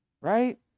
right